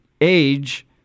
age